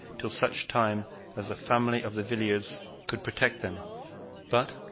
till such time as the family of the villiers could protect them but,